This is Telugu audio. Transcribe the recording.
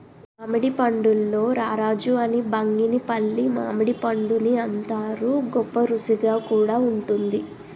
మామిడి పండుల్లో రారాజు అని బంగినిపల్లి మామిడిపండుని అంతారు, గొప్పరుసిగా కూడా వుంటుంది